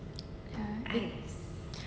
ya